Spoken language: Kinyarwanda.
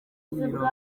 mirongo